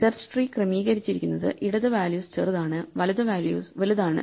search tree ക്രമീകരിച്ചിരിക്കുന്നത് ഇടത് values ചെറുതാണ് വലത് വാല്യൂ വലുതാണ്